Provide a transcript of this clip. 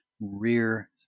rear